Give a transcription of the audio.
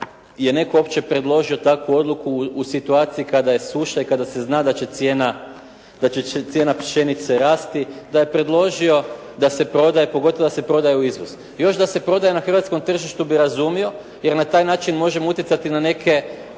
je netko uopće predložio takvu odluku u situaciji kada je suša i kada se zna da će cijena pšenice rasti, da je predložio da se prodaje, pogotovo da se prodaje u izvoz. Još da se prodaje na hrvatskom tržištu bih razumio, jer na taj način možemo utjecati na neke